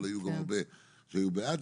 אבל היו גם הרבה שהיו בעד.